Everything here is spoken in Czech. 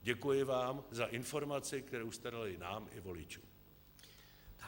Děkuji vám za informaci, kterou jste dali nám i voličům.